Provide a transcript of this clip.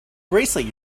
bracelet